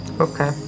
okay